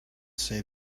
say